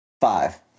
Five